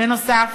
בנוסף,